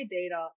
data